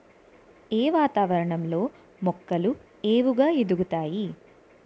ఏ వాతావరణం లో మొక్కలు ఏపుగ ఎదుగుతాయి?